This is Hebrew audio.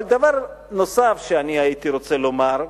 דבר נוסף שהייתי רוצה לומר,